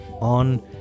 on